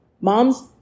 Mom's